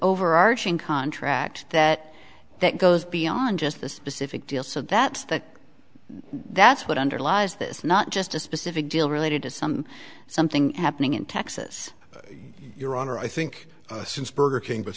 overarching contract that that goes beyond just the specific deal so that's the that's what underlies this not just a specific deal related to some something happening in texas your honor i think since burger king but